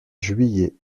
juillet